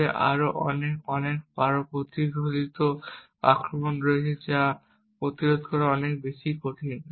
তবে আরও অনেক আরও পরিশীলিত আক্রমণ হয়েছে যা প্রতিরোধ করা অনেক বেশি কঠিন